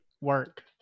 work